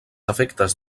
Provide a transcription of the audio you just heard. efectes